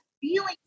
feeling